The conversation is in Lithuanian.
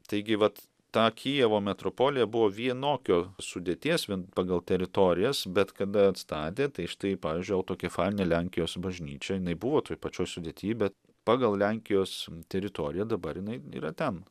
taigi vat ta kijevo metropolija buvo vienokio sudėties vien pagal teritorijas bet kada atstatė tai štai pavyzdžiui autokefalinė lenkijos bažnyčia jinai buvo toj pačioj sudėty bet pagal lenkijos teritoriją dabar jinai yra ten